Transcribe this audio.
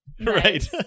Right